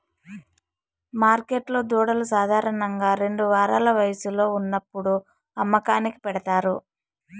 మార్కెట్లో దూడలు సాధారణంగా రెండు వారాల వయస్సులో ఉన్నప్పుడు అమ్మకానికి పెడతారు